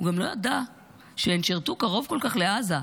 הוא גם לא ידע שהן שירתו קרוב כל כך לעזה,